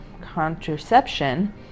contraception